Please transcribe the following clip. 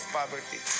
poverty